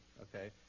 okay